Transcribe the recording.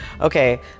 Okay